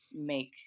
make